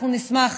אנחנו נשמח,